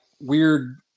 weird